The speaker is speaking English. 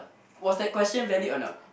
was the question valid or not